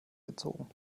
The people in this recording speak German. gezogen